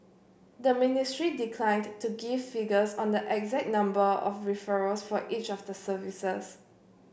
the ministry declined to give figures on the exact number of referrals for each of the services